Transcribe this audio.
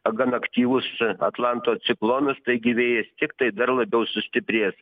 gan aktyvus atlanto ciklonas taigi vėjas tiktai dar labiau sustiprės